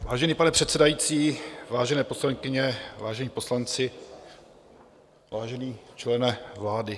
Vážený pane předsedající, vážené poslankyně, vážení poslanci, vážený člene vlády.